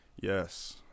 yes